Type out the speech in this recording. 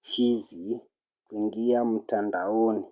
hizi kuingia mtandaoni.